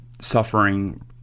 suffering